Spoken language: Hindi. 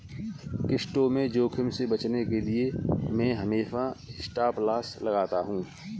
क्रिप्टो में जोखिम से बचने के लिए मैं हमेशा स्टॉपलॉस लगाता हूं